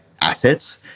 assets